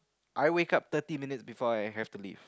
I wake up thirty minutes before I have to leave